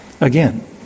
again